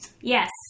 Yes